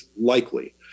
likely